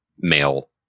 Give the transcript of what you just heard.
male